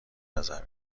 نظر